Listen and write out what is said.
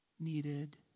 needed